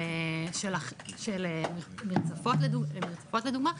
של מרצפות לדוגמה,